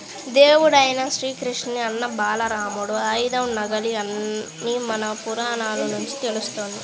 దేవుడైన శ్రీకృష్ణుని అన్న బలరాముడి ఆయుధం నాగలి అని మన పురాణాల నుంచి తెలుస్తంది